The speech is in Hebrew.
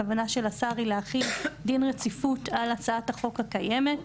הכוונה של השר להחיל דין רציפות על הצעת החוק הקיימת.